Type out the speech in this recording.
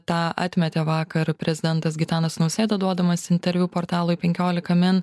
tą atmetė vakar prezidentas gitanas nausėda duodamas interviu portalui penkiolika min